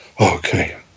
Okay